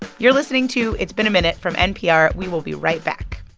you're listening to it's been a minute from npr. we will be right back